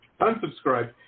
unsubscribe